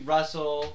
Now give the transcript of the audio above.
Russell